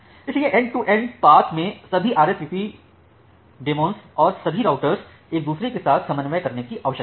इसलिए end to end path में सभी आरएसवीपी डेमोंस और सभी राउटर को एक दूसरे के साथ समन्वय करने की आवश्यकता है